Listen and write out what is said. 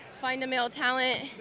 Find-A-Male-Talent